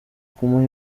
kumuha